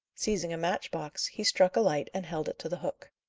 seizing a match-box, he struck a light and held it to the hook.